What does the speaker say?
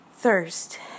Thirst